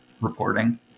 reporting